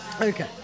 Okay